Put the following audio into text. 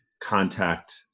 contact